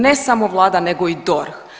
Ne samo vlada nego i DORH.